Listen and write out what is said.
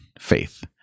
faith